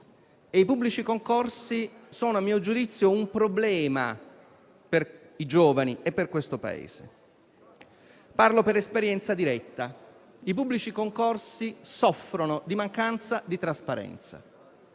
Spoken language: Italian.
pubblici concorsi, che, a mio giudizio, sono un problema per i giovani e per questo Paese. Parlo per esperienza diretta. I pubblici concorsi soffrono di mancanza di trasparenza.